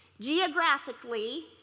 geographically